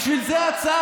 בשביל זו ההצעה.